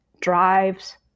drives